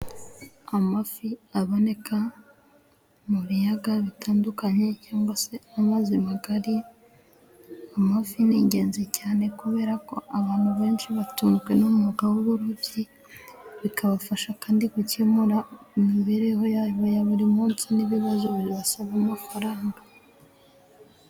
Amafi aboneka mu biyaga bitandukanye cyangwa se amazi magari. Amafi ni ingenzi cyane kubera ko abantu benshi batunzwe n'umwuga w'uburobyi. Bikabafasha kandi gukemura ibibazo bibasaba amafarangamu imibereho yabo ya buri munsi.